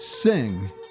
sing